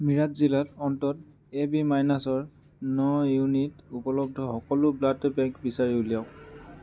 মিৰাট জিলাত অন্ততঃ এবি মাইনাচৰ ন ইউনিট উপলব্ধ সকলো ব্লাড বেংক বিচাৰি উলিয়াওক